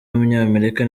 w’umunyamerika